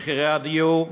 מחירי הדיור,